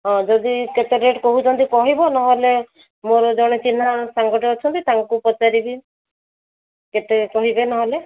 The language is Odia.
ହଁ ଯଦି କେତେ ରେଟ୍ କହୁଛନ୍ତି କହିବ ନହେଲେ ମୋର ଜଣେ ଚିହ୍ନା ସାଙ୍ଗଟେ ଅଛନ୍ତି ତାଙ୍କୁ ପଚାରିବି କେତେ କହିବେ ନହେଲେ